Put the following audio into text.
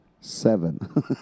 Seven